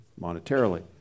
monetarily